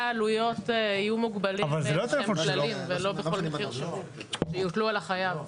העלויות יהיו מוגבלים ולא בכל מחיר שהוא ויוטלו על החייב.